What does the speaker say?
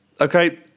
Okay